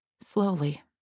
Slowly